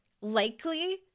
likely